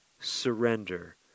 Surrender